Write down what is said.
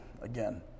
again